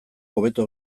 hobeto